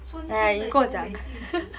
春天的优美地址